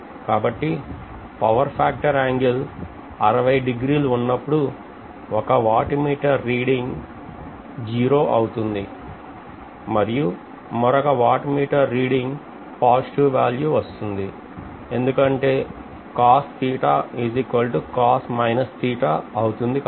కాబట్టి power factor angle 60 డిగ్రీలు ఉన్నప్పుడు ఒక వాట్ మీటర్ రీడింగ్ 0 అవుతుంది మరియు మరొక watt meter reading positive value వస్తుంది ఎందుకంటే అవుతోంది కాబట్టి